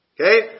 Okay